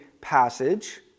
passage